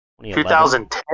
2010